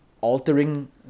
altering